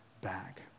back